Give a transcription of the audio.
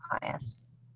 clients